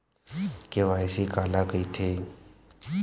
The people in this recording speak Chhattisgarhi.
के.वाई.सी काला कइथे?